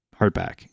hardback